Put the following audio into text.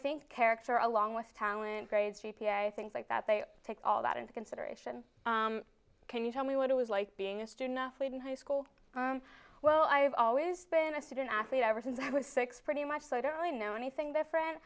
think character along with talent grades g p a things like that they take all that into consideration can you tell me what it was like being a student athlete in high school well i've always been a student athlete ever since i was six pretty much so i don't really know anything